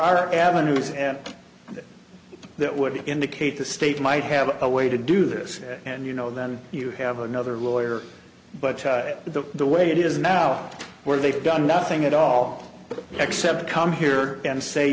are avenues and that would indicate the state might have a way to do this and you know then you have another lawyer but the the way it is now where they've done nothing at all except come here and